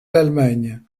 l’allemagne